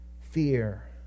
fear